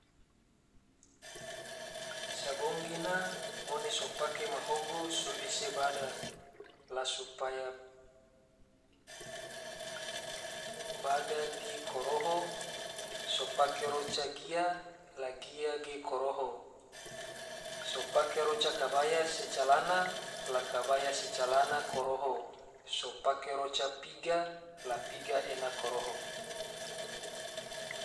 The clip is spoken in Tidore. Sabong gena, ngone so pake mahogo so ese bada, la supaya bada ge koroho, so pake roca gia la gia ge koroho, so pake roca kabaya se calana la kabaya se calana koroho, so pake roca piga la piga ena koroho